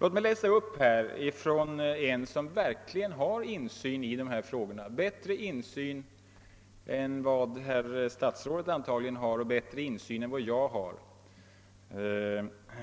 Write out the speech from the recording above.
Låt mig läsa upp ett brev från en person som har bättre insyn i dessa frågor än vad herr statsrådet antagligen har och bättre insyn än vad jag har.